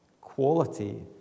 quality